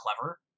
clever